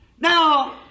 Now